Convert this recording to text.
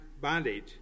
bondage